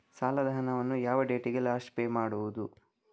ಸಾಲದ ಹಣವನ್ನು ಯಾವ ಡೇಟಿಗೆ ಲಾಸ್ಟ್ ಪೇ ಮಾಡುವುದು?